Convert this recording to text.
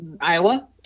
Iowa